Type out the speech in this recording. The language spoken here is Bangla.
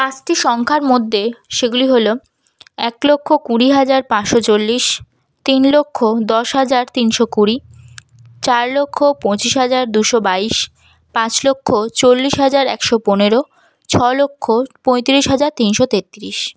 পাঁচটি সংখ্যার মধ্যে সেগুলি হল এক লক্ষ কুড়ি হাজার পাঁচশো চল্লিশ তিন লক্ষ দশ হাজার তিনশো কুড়ি চার লক্ষ পঁচিশ হাজার দুশো বাইশ পাঁচ লক্ষ চল্লিশ হাজার একশো পনেরো ছ লক্ষ পঁয়তিরিশ হাজার তিনশো তেত্তিরিশ